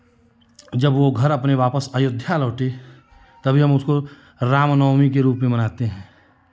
जब वो घर अपने वापस अयोध्या लौटे तभी हम उसको राम नवमी के रूप में मनाते हैं